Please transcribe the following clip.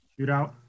Shootout